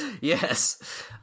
Yes